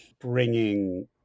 bringing